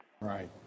Right